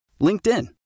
LinkedIn